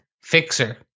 fixer